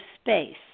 space